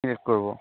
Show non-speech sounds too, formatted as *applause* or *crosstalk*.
*unintelligible* করব